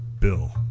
bill